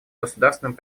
государственным